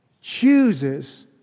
chooses